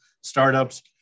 startups